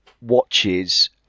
watches